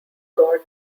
god